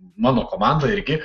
mano komanda irgi